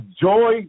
joy